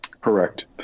Correct